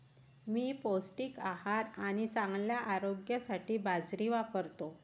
मी पौष्टिक आहार आणि चांगल्या आरोग्यासाठी बाजरी वापरतो